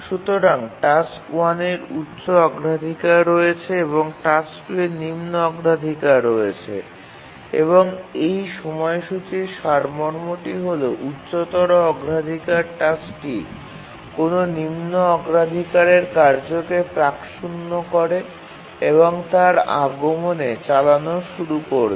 সুতরাং টাস্ক 1 এর উচ্চ অগ্রাধিকার রয়েছে এবং টাস্ক 2 এর নিম্ন অগ্রাধিকার রয়েছে এবং এই সময়সূচীর সারমর্মটি হল উচ্চতর অগ্রাধিকার টাস্কটি কোনও নিম্ন অগ্রাধিকারের কার্যকে প্রাক শূন্য করে এবং তার আগমনে চালানো শুরু করবে